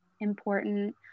important